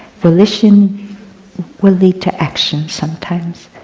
volition will lead to action sometimes.